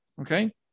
okay